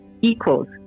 equals